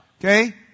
Okay